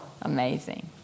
Amazing